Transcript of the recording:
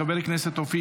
של חברת הכנסת קטי